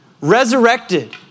Resurrected